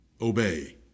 obey